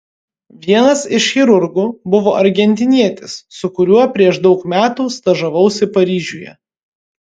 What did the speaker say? vienas iš chirurgų buvo argentinietis su kuriuo prieš daug metų stažavausi paryžiuje